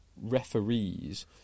referees